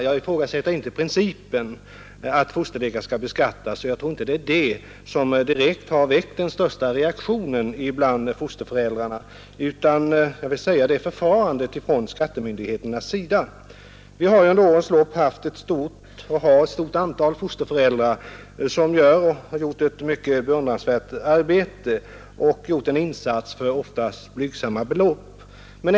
Jag ifrågasätter inte principen att fosterlega skall beskattas. Jag tror inte det är den som har väckt den största reaktionen bland fosterföräldrarna utan det är förfarandet från skattemyndigheternas sida. Det har under årens lopp funnits och finns ett stort antal fosterföräldrar som gjort och gör ett mycket beundransvärt arbete för oftast blygsam ersättning.